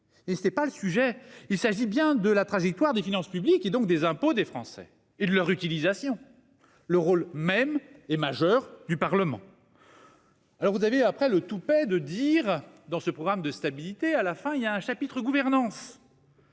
et ce n'est pas le sujet. Il s'agit bien de la trajectoire des finances publiques et donc des impôts des Français et de leur utilisation. Le rôle même et majeur du Parlement. Alors vous aviez après le toupet de dire dans ce programme de stabilité à la fin il y a un chapitre gouvernance.